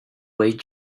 way